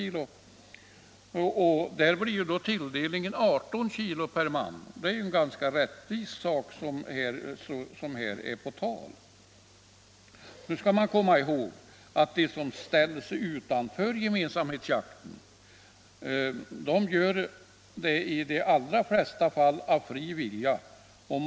I herr Lindbergs fall blir det i alla fall en tilldelning på ca 18 kg per man. Det är således en ganska rättvis ordning som här är på tal. Nu skall man komma ihåg att de som står utanför gemensamhetsjakten i de allra flesta fall gör det av fri vilja.